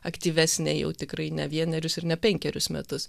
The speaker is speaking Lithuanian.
aktyvesnė jau tikrai ne vienerius ir ne penkerius metus